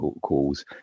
calls